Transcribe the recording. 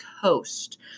coast